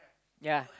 yea